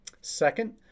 Second